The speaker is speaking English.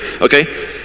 okay